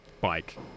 bike